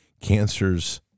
cancers